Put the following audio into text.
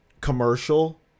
commercial